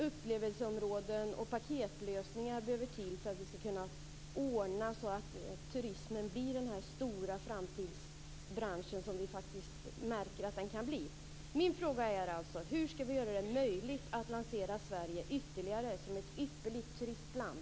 Upplevelseområden och paketlösningar behöver tillkomma för att vi skall kunna ordna så att turismen blir denna stora framtidsbransch som vi faktiskt märker att den kan bli. Min fråga är alltså: Hur skall vi göra det möjligt att lansera Sverige ytterligare som ett ypperligt turistland?